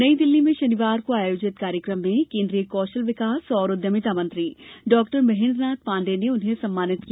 नई दिल्ली में शनिवार को आयोजित कार्यक्रम में केन्द्रीय कौशल विकास एवं उद्यमिता मंत्री डॉक्टर महेन्द्र नाथ पाण्डेय ने उन्हे सम्मानित किया